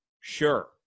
sure